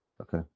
okay